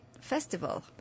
festival